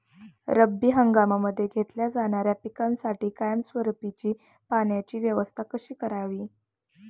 रब्बी हंगामामध्ये घेतल्या जाणाऱ्या पिकांसाठी कायमस्वरूपी पाण्याची व्यवस्था कशी करावी?